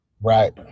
Right